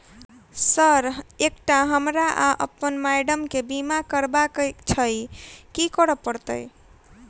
Sir एकटा हमरा आ अप्पन माइडम केँ बीमा करबाक केँ छैय की करऽ परतै?